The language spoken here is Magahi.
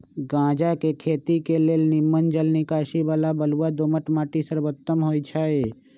गञजा के खेती के लेल निम्मन जल निकासी बला बलुआ दोमट माटि सर्वोत्तम होइ छइ